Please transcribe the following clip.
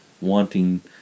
wanting